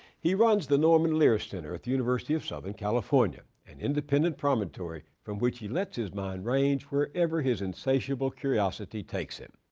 he runs the norman lear center at the university of southern california, an independent promontory from which he lets his mind range wherever his insatiable curiosity takes him.